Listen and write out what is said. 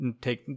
take